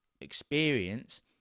experience